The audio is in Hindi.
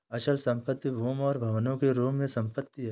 अचल संपत्ति भूमि और भवनों के रूप में संपत्ति है